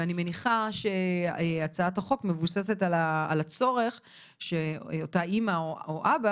ואני מניחה שהצעת החוק מבוססת על הצורך שאותה אמא או אבא